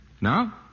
Now